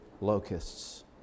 locusts